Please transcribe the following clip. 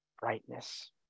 brightness